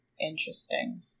interesting